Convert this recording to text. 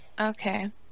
Okay